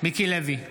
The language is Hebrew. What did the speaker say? מיקי לוי,